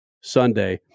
Sunday